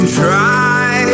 try